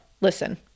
listen